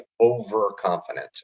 overconfident